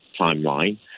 timeline